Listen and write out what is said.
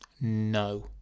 No